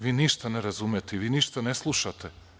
Vi ništa ne razumete, vi ništa ne slušate.